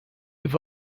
eve